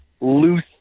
loose